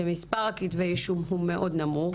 שמספר כתבי האישום הוא מאוד נמוך.